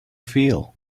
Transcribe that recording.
feel